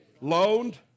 Loaned